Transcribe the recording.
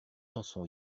chanson